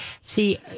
see